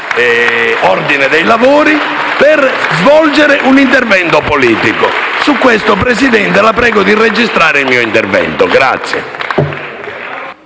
sull'ordine dei lavori per svolgere un intervento politico. Su questo, Presidente, la prego di registrare il mio intervento.